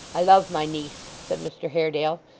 i love my niece said mr haredale,